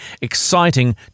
exciting